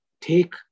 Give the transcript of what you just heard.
take